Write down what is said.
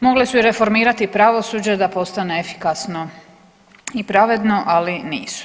Mogle su i reformirati pravosuđe da postane efikasno i pravedno, ali nisu.